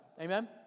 Amen